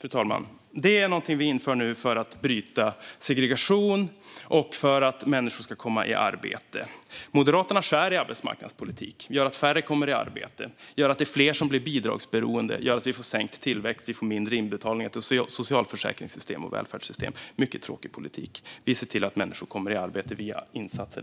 fru talman, är något vi inför nu för att bryta segregation och för att människor ska komma i arbete. Moderaterna skär i arbetsmarknadspolitiken. Det gör att färre kommer i arbete. Det gör att fler blir bidragsberoende. Det gör att vi får sänkt tillväxt och mindre inbetalningar till socialförsäkringssystem och välfärdssystem. Det är en mycket tråkig politik. Vi ser till att människor kommer i arbete via insatser.